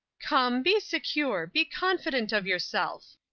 come, be secure, be confident of yourself!